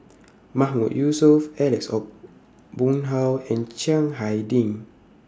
Mahmood Yusof Alex Ong Boon Hau and Chiang Hai Ding